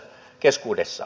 kiitoksia